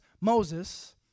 Moses